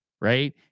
right